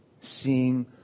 seeing